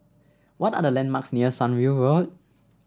what are the landmarks near Sunview Road